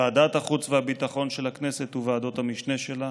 ועדת החוץ והביטחון של הכנסת וועדות המשנה שלה